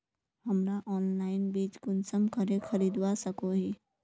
हमरा ऑनलाइन बीज कुंसम करे खरीदवा सको ही?